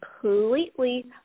completely